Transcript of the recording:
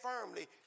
firmly